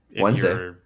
Wednesday